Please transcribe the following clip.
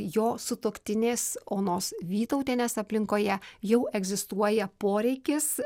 jo sutuoktinės onos vytautienės aplinkoje jau egzistuoja poreikis